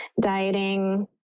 dieting